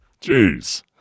Jeez